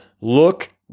look